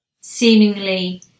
seemingly